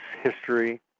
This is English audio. history